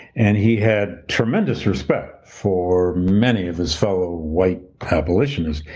and he had tremendous respect for many of his fellow white abolitionists.